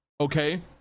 okay